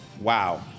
Wow